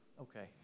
Okay